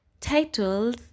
titles